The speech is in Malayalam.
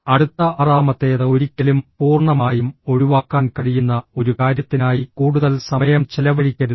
അടുത്ത ആറാമത്തേത് ഒരിക്കലും പൂർണ്ണമായും ഒഴിവാക്കാൻ കഴിയുന്ന ഒരു കാര്യത്തിനായി കൂടുതൽ സമയം ചെലവഴിക്കരുത്